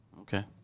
Okay